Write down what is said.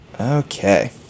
Okay